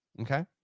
okay